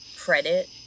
credit